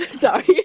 Sorry